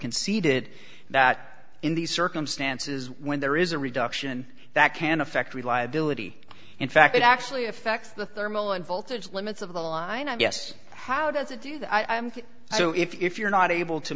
conceded that in these circumstances when there is a reduction that can affect reliability in fact it actually affects the thermal and voltage limits of the line and yes how does it do that i'm so if you're not able to